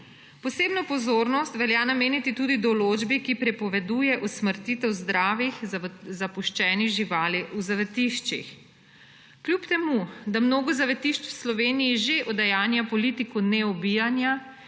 Posebno pozornost velja nameniti tudi določbi, ki prepoveduje usmrtitev zdravih zapuščenih živali v zavetiščih. Kljub temu da mnogo zavetišč v Sloveniji že udejanja politiko neubijanja,